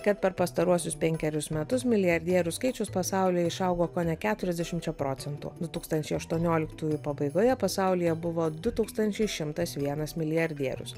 kad per pastaruosius penkerius metus milijardierių skaičius pasaulyje išaugo kone keturiasdešimčia procentų du tūkstančiai aštuonioliktųjų pabaigoje pasaulyje buvo du tūkstančiai šimtas vienas milijardierius